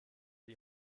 die